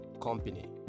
company